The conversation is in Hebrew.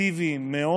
אפקטיביים מאוד.